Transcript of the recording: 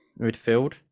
midfield